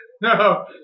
no